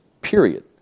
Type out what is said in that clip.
period